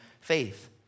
faith